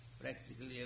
practically